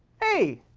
hey.